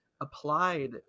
applied